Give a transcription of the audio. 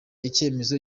icyemezo